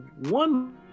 one